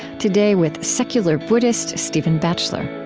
today, with secular buddhist stephen batchelor